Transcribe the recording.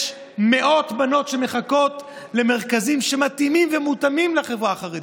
יש מאות בנות שמחכות למרכזים שמתאימים ומותאמים לחברה החרדית.